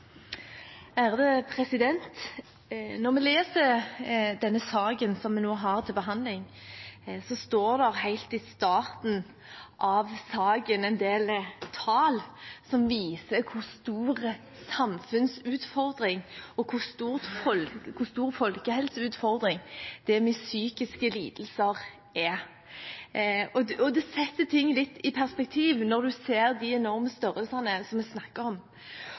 Når en leser innstillingen i den saken som vi nå har til behandling, står det helt i starten en del tall som viser hvilken stor samfunnsutfordring og folkehelseutfordring psykiske lidelser er. Det setter ting litt i perspektiv når en ser de enorme størrelsene vi snakker om. Og det er